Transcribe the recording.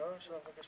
המיקרופון